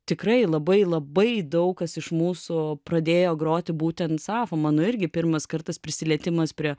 tikrai labai labai daug kas iš mūsų pradėjo groti būtent sapfo mano irgi pirmas kartas prisilietimas prie